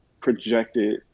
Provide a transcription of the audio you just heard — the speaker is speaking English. projected